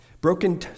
Broken